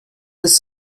ist